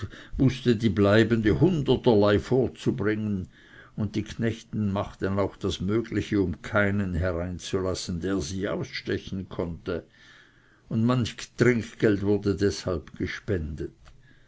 wußte die bleibende hunderterlei vorzubringen und die knechte machten auch das mögliche um keinen hereinzulassen der sie ausstechen konnte und manch trinkgeld wurde deshalb gespendet